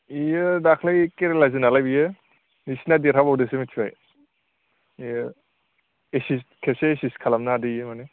इयो दाख्लै केरेलाजोनालाय बियो बिसिना देरहाबावदोसो मिथिबाय इयो एसिस्ट खेबसे एसिस्ट खालामनो हादो इयो माने